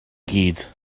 gyd